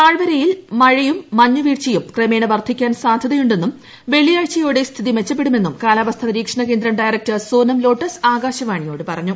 താഴ്വരയിൽ മഴയും മഞ്ഞു വീഴ്ചയും ക്രമേണ വർദ്ധിക്കാൻ സാദ്ധ്യതയുണ്ടെന്നും വെള്ളിയാഴ്ചയോടെ സ്ഥിതി മെച്ചപ്പെടുമെന്നും കാലാവസ്ഥാ നിരീക്ഷണകേന്ദ്രം ഡയറക്ടർ സോനം ലോട്ടസ് ആകാശവാണിയോട് പറഞ്ഞു